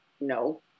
no